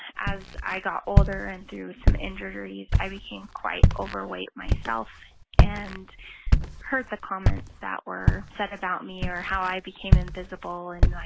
as i got older and through some injuries, i became quite overweight myself and heard the comments that were said about me or how i became invisible and, like,